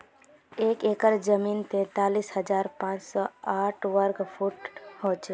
एक एकड़ जमीन तैंतालीस हजार पांच सौ साठ वर्ग फुट हो छे